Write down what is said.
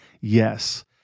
yes